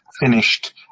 finished